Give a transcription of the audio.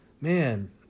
man